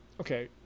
Okay